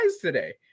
today